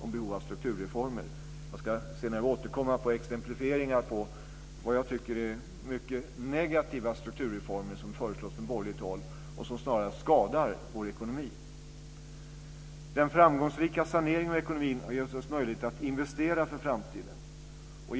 om behovet av strukturreformer. Jag ska senare återkomma med exemplifieringar på vad jag tycker är mycket negativa strukturreformer som föreslås från borgerligt håll och som snarast skadar vår ekonomi. Den framgångsrika saneringen av ekonomin har gett oss möjligheter att investera för framtiden.